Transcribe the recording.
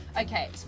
Okay